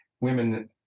women